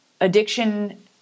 addiction